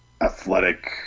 athletic